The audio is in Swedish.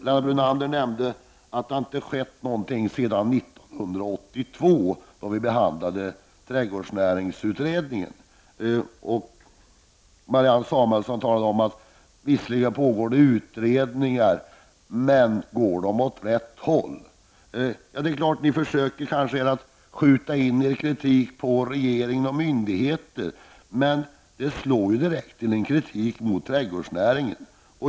Lennart Brunander sade att det inte har skett någonting sedan 1982, då trädgårdsnäringsutredningens förslag behandlades. Marianne Samuelsson sade: Visserligen pågår det utredningar. Men går dessa åt rätt håll? Ja, ni kanske försöker skjuta in er kritik mot regering och myndigheter. Men kritiken slår direkt mot trädgårdsnäringen.